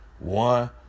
One